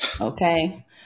okay